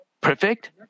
perfect